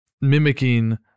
mimicking